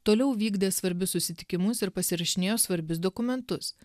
toliau vykdė svarbius susitikimus ir pasirašinėjo svarbius dokumentus